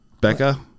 Becca